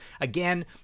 Again